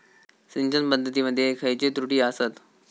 सिंचन पद्धती मध्ये खयचे त्रुटी आसत?